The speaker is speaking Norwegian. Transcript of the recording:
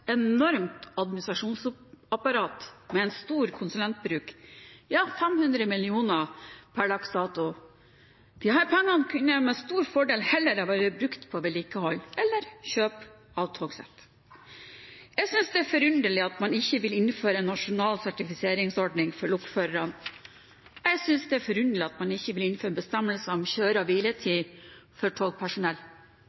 enormt administrasjonsapparat med en stor konsulentbruk – 500 mill. kr per dags dato. Disse pengene kunne med stor fordel heller ha vært brukt på vedlikehold eller kjøp av togsett. Jeg synes det er forunderlig at man ikke vil innføre en nasjonal sertifiseringsordning for lokførerne. Jeg synes det er forunderlig at man ikke vil innføre bestemmelser om